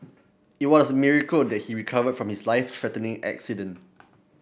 it was a miracle that he recovered from his life threatening accident